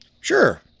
sure